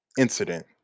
incident